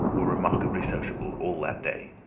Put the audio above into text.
were remarkably sociable all that day.